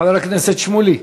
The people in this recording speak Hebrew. חבר הכנסת שמולי,